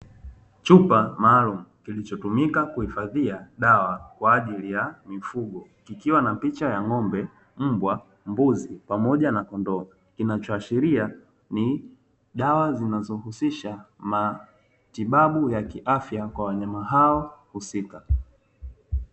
Chupa maalumu kilichotumika kuhifadhia dawa kwaajili ya mifugo, ikiwa na picha ya ng'ombe, mbwa, mbuzi, pamoja na kondoo, kinachoashiria ni dawa zinazohusisha matibabu ya kiafya kwa wanyama hao husika.